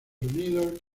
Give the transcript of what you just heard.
unidos